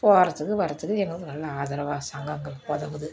போகறத்துக்கு வர்றத்துக்கு எங்களுக்கு நல்ல ஆதரவாக சங்கம் எங்களுக்கு உதவுது